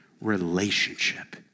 Relationship